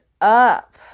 up